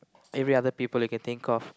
every other people you can think of